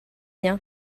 bien